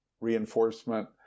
reinforcement